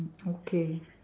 okay